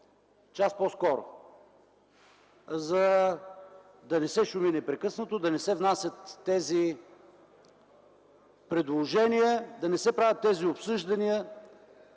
сте мнозинство, за да не се шуми непрекъснато, да не се внасят тези предложения, да не се правят тези обсъждания,